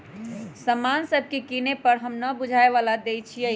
समान सभके किने पर हम न बूझाय बला कर देँई छियइ